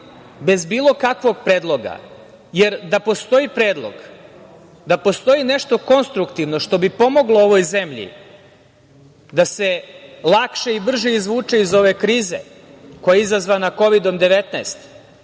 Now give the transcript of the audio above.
bez bilo kakvog predloga. Da postoji predlog, da postoji nešto konstruktivno što bi pomoglo ovoj zemlji da se lakše i brže izvuče iz ove krize koja je izazvana Kovidom-19,